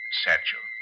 satchel